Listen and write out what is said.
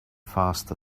faster